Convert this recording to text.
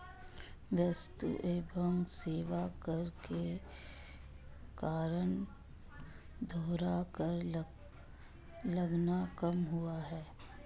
वस्तु एवं सेवा कर के कारण दोहरा कर लगना कम हुआ है